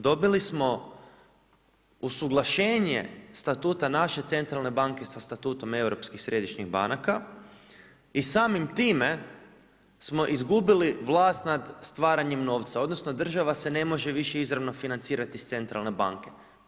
Dobili smo usuglašenije statuta naše Centralne banke sa statutom europskim središnjih banaka i samim time smo izgubili vlast nad stvaranjem novca, odnosno, država se ne može izravno financirati iz Centralne banke.